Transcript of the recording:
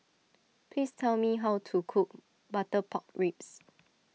please tell me how to cook Butter Pork Ribs